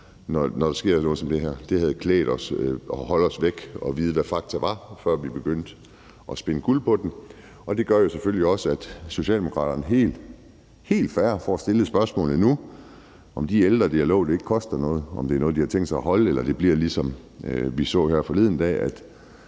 den her brakingbjælke. Det havde klædt os at holde os væk og vide, hvad fakta var, før vi begyndte at spinde guld på det, og det gør jo selvfølgelig også, at Socialdemokraterne nu helt fair får stillet spørgsmålene, om det, de har lovet i forhold til de ældre, ikke koster noget, og om det er noget, de har tænkt sig at holde, eller om det bliver ligesom det, vi så her forleden dag,